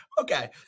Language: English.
okay